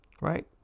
Right